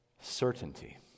certainty